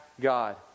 God